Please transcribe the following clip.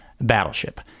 battleship